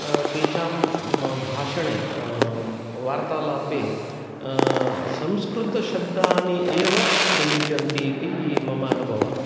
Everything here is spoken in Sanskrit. तेषां भाषणे वार्तालापे संस्कृतशब्दानि एव प्रयुज्यन्ति इति मम अनुभवः